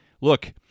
look